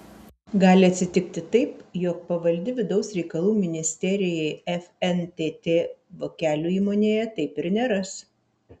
gali atsitikti taip jog pavaldi vidaus reikalų ministerijai fntt vokelių įmonėje taip ir neras